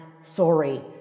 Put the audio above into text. sorry